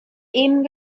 eben